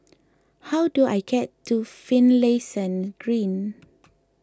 how do I get to Finlayson Green